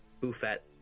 Buffet